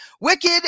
Wicked